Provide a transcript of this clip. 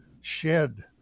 shed